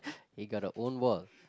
he got a own ball